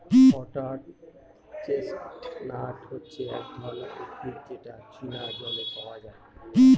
water chestnut হচ্ছে এক ধরনের উদ্ভিদ যেটা চীনা জলে পাওয়া যায়